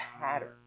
pattern